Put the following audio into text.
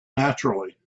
naturally